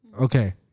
Okay